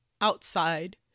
outside